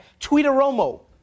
tweetaromo